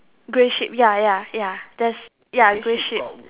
grey sheep ya ya ya that's ya grey sheep